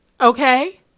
okay